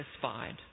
satisfied